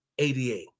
88